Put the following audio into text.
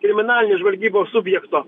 kriminalinės žvalgybos subjekto